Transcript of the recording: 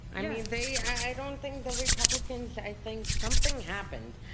i mean they, i don't think the republicans, i think something happened.